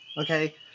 Okay